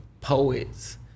poets